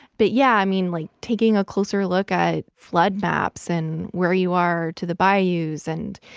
but, yeah, i mean, like taking a closer look at flood maps and where you are to the bayous and,